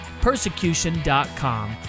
Persecution.com